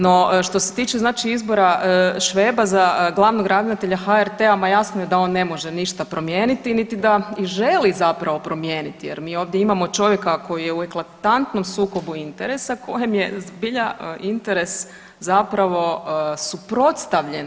No, što se tiče znači izbora Šveba za glavnog ravnatelja HRT-a, ma jasno se da on ne može ništa promijeniti, niti da i želi zapravo promijeniti, jer mi ovdje imamo čovjeka koji je u eklatantnom sukobu interesa, kojem je zbilja interes zapravo suprotstavljen.